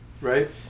right